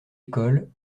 école